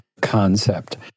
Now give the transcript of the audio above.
concept